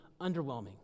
underwhelming